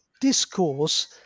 discourse